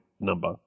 number